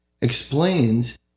explains